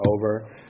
over